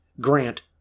Grant